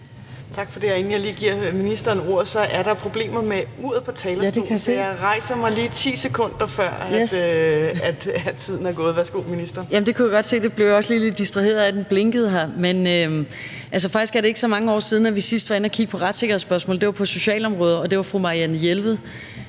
Tak for det. Inden jeg lige giver ministeren ordet, skal jeg sige, at der er problemer med uret på talerstolen. Jeg rejser mig lige, 10 sekunder før tiden er gået. Kl. 14:50 Børne- og undervisningsministeren (Pernille Rosenkrantz-Theil): Ja, det kunne jeg godt se, og jeg blev også lige lidt distraheret af, at lampen blinkede her. Faktisk er det ikke så mange år siden, vi sidst var inde at kigge på retssikkerhedsspørgsmålet. Det var på socialområdet, og det var fru Marianne Jelved,